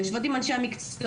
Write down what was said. יושבות עם אנשי המקצוע,